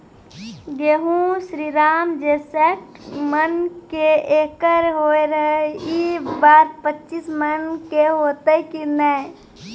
गेहूँ श्रीराम जे सैठ मन के एकरऽ होय रहे ई बार पचीस मन के होते कि नेय?